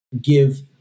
give